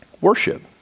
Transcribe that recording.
worship